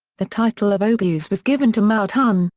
the title of oghuz was given to mau-tun,